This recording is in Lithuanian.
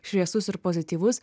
šviesus ir pozityvus